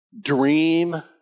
dream